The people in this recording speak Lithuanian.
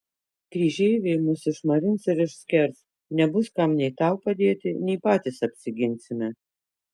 kryžeiviai mus išmarins ir išskers nebus kam nei tau padėti nei patys apsiginsime